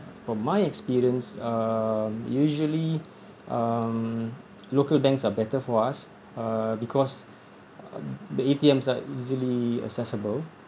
from my experience um usually um local banks are better for us uh because um the A_T_Ms are easily accessible